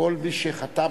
וכלי רכב